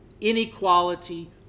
inequality